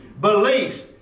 beliefs